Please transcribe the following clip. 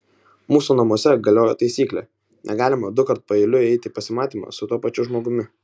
mūsų namuose galioja taisyklė negalima dukart paeiliui eiti į pasimatymą su tuo pačiu žmogumi